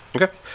Okay